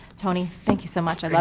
tony, thank you so much. and